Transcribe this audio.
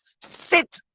sit